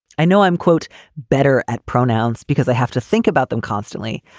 i know i'm quote better at pronouns because they have to think about them constantly,